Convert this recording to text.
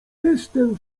jestem